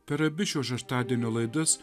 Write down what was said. per abi šio šeštadienio laidas